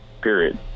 period